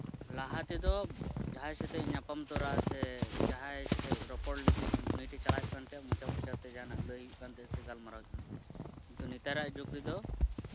ᱞᱟᱦᱟ ᱛᱮᱫᱚ ᱡᱟᱦᱟᱸᱭ ᱥᱟᱛᱮᱫ ᱧᱟᱯᱟᱢ ᱛᱚᱨᱟ ᱥᱮ ᱡᱟᱦᱟᱸᱭ ᱥᱟᱛᱮᱫ ᱨᱚᱯᱚᱲ ᱞᱟᱹᱜᱤᱫ ᱩᱱᱤᱴᱷᱮᱡ ᱪᱟᱞᱟᱜ ᱦᱩᱭᱩᱜ ᱠᱟᱱᱛᱟᱦᱮᱸᱫ ᱢᱚᱪᱟ ᱢᱚᱪᱟᱛᱮ ᱡᱟᱦᱟᱱᱟᱜ ᱞᱟᱹᱭ ᱦᱩᱭᱩᱜ ᱠᱟᱱ ᱛᱟᱦᱮᱸᱫᱼᱟ ᱥᱮ ᱜᱟᱞᱢᱟᱨᱟᱣ ᱦᱩᱭᱩᱜ ᱠᱟᱱ ᱛᱟᱦᱮᱸᱫᱼᱟ ᱠᱤᱱᱛᱩ ᱱᱮᱛᱟᱨᱟᱜ ᱡᱩᱜ ᱨᱮᱫᱚ